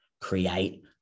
create